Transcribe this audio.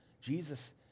Jesus